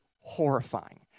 horrifying